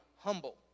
humble